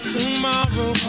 Tomorrow